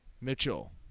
mitchell